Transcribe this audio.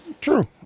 true